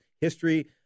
history